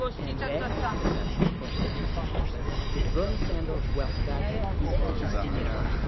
and then you have a tax, two percent, six percent. the bernie sanders wealth tax is pretty similar.